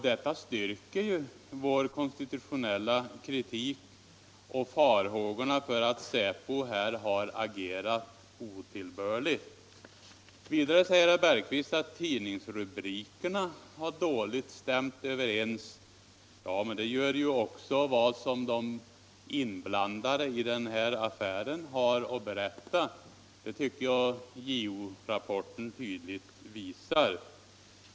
Detta styrker vår konstitutionella kritik och farhågorna för att säpo här har agerat otillbörligt. Vidare säger herr Bergqvist att tidningsrubrikerna har stämt dåligt över ens. Ja, men det gör ju också det som de inblandade i den här affären har att berätta! Det tycker jag att JO-rapporten tydligt visar.